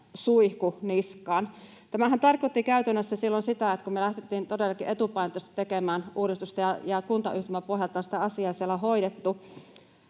suihku niskaan. Tämähän tarkoitti käytännössä sitä, että silloin kun me lähdettiin todellakin etupainotteisesti tekemään uudistusta ja kuntayhtymäpohjalta sitä asiaa on siellä hoidettu,